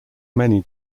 many